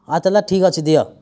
ହଁ ତା'ହେଲେ ଠିକ ଅଛି ଦିଅ